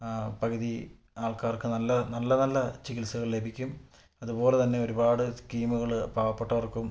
പകുതി ആൾക്കാർക്ക് നല്ല നല്ല നല്ല ചികിത്സകൾ ലഭിക്കും അതുപോലെ തന്നെ ഒരുപാട് സ്കീമുകള് പാവപ്പെട്ടവർക്കും